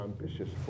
ambitious